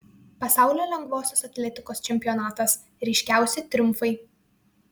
pasaulio lengvosios atletikos čempionatas ryškiausi triumfai